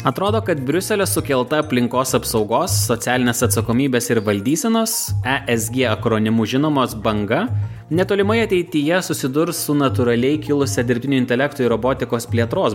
atrodo kad briuselio sukelta aplinkos apsaugos socialinės atsakomybės ir valdysenos e s g akronimų žinomos banga netolimoje ateityje susidurs su natūraliai kilusia dirbtinio intelekto ir robotikos plėtros